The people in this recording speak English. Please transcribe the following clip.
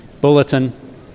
bulletin